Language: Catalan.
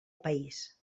país